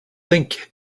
think